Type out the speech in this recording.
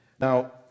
Now